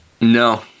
No